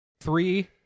three